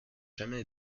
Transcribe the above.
jamais